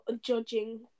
judging